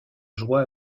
joie